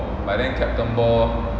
but then captain ball